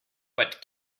but